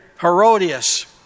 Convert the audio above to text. Herodias